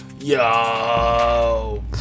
Yo